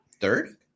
Third